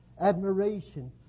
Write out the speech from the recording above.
admiration